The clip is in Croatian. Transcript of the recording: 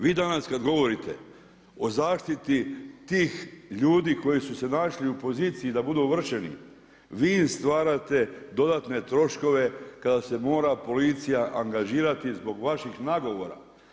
Vi danas kada govorite o zaštiti tih ljudi koji su se našli u poziciji da budu ovršeni, vi im stvarate dodatne troškove kada se mora policija angažirati zbog vaših nagovora.